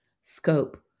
scope